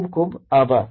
ખુબ ખુબ આભાર